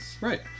Right